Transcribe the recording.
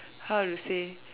how to say